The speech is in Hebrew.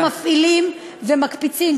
מפעילים ומקפיצים,